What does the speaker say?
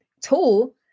tool